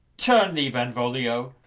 turn thee benvolio,